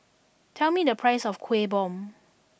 tell me the price of Kueh Bom